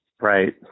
Right